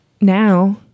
now